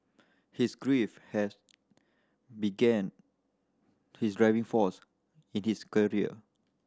his grief has began his driving force in his career